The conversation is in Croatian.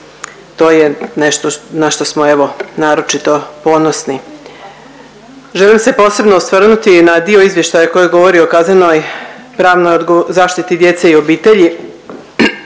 To je nešto na što smo evo naročito ponosni. Želim se posebno osvrnuti na dio izvještaja koji govori o kaznenoj pravnoj od… zaštiti djece i obitelji